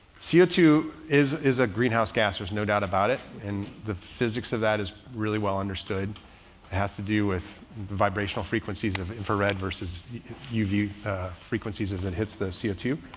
c o two is is a greenhouse gas, there's no doubt about it. and the physics of that is really well understood. it has to do with vibrational frequencies of infrared versus you view frequencies as it hits the c o two.